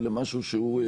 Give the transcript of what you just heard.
אלא משהו שהוא שיטתי.